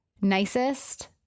nicest